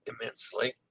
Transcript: immensely